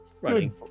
running